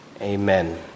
Amen